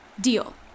Deal